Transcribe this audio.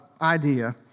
idea